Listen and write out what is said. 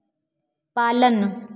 पालन